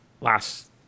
last